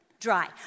dry